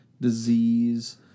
disease